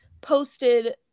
posted